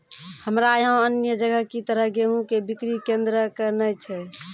हमरा यहाँ अन्य जगह की तरह गेहूँ के बिक्री केन्द्रऽक नैय छैय?